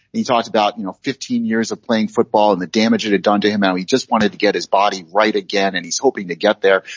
he talked about, you know, fifteen years of playing football and the damage it had done to him. and he just wanted to get his body right again. and he's hoping to get there.